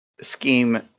scheme